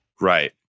Right